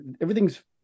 everything's